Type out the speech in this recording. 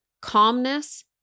calmness